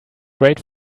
great